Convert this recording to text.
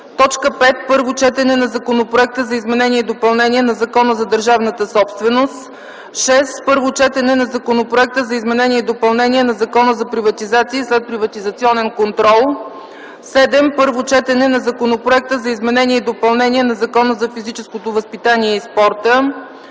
5. Първо четене на законопроекта за изменение и допълнение на Закона за държавната собственост. 6. Първо четене на законопроекта за изменение и допълнение на Закона за приватизация и следприватизационен контрол. 7. Първо четене на законопроекта за изменение и допълнение на Закона за физическото възпитание и спорта.